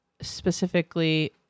specifically